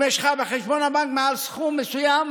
אם יש לך בחשבון הבנק מעל סכום מסוים,